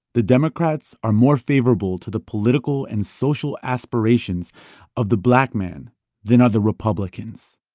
the democrats are more favorable to the political and social aspirations of the black man than other republicans